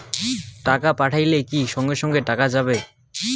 টাকা পাঠাইলে কি সঙ্গে সঙ্গে টাকাটা যাবে?